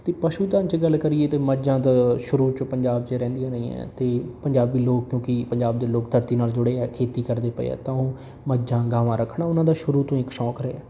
ਅਤੇ ਪਸ਼ੂ ਧਨ 'ਚ ਗੱਲ ਕਰੀਏ ਤਾਂ ਮੱਝਾਂ ਦਾ ਸ਼ੁਰੂ 'ਚ ਪੰਜਾਬ 'ਚ ਰਹਿੰਦੀਆਂ ਰਹੀਆ ਅਤੇ ਪੰਜਾਬੀ ਲੋਕ ਕਿਉਂਕਿ ਪੰਜਾਬ ਦੇ ਲੋਕ ਧਰਤੀ ਨਾਲ ਜੁੜੇ ਆ ਖੇਤੀ ਕਰਦੇ ਪਏ ਆ ਤਾਂ ਉਹ ਮੱਝਾਂ ਗਾਵਾਂ ਰੱਖਣਾ ਉਹਨਾਂ ਦਾ ਸ਼ੁਰੂ ਤੋਂ ਇੱਕ ਸ਼ੌਂਕ ਰਿਹਾ